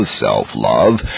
self-love